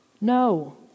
No